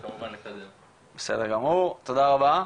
בסדר גמור, תודה רבה.